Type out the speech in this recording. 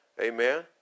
Amen